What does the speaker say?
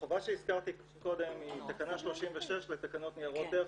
החובה שהזכרתי קודם היא תקנה 36 לתקנות ניירות ערך,